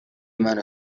مونو